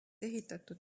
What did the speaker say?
ehitatud